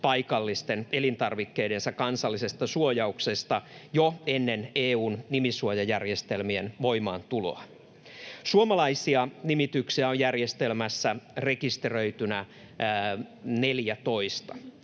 paikallisten elintarvikkeidensa kansallisesta suojauksesta jo ennen EU:n nimisuojajärjestelmien voimaantuloa. Suomalaisia nimityksiä on järjestelmässä rekisteröitynä 14.